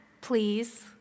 please